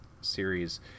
series